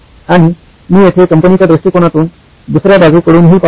आणि मी येथे कंपनीच्या दृष्टीकोनातून दुसर्या बाजूकडून हि पहात आहे